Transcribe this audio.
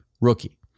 rookie